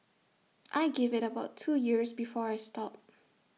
I give IT about two years before I stop